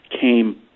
came